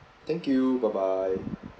thank you bye bye